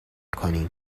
کنیم